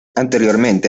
anteriormente